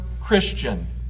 Christian